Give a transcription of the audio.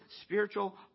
spiritual